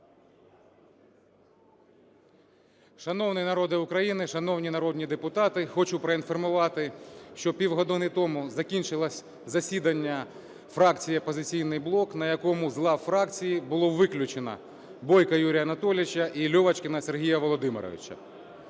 Шановний народе України, шановні народні депутати, хочу проінформувати, що півгодини тому закінчилося засідання фракції "Опозиційний блок", на якому з лав фракції було виключено Бойка Юрія Анатолійовича і Льовочкіна Сергія Володимировича.